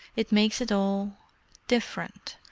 it makes it all different.